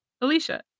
Alicia